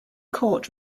court